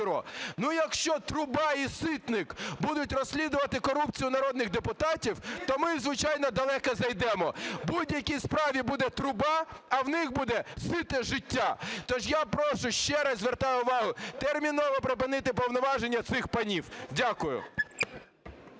Ну, якщо Труба і Ситник будуть розслідувати корупцію народних депутатів, то ми, звичайно, далеко зайдемо. Будь-якій справі буде "труба", а в них буде сите життя. То ж я прошу, ще раз звертаю увагу, терміново припинити повноваження цих панів. Дякую.